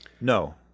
No